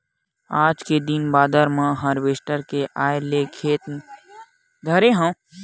आज के दिन बादर म हारवेस्टर के आए ले खेते म लुवई अउ मिजई ह हो जावत हे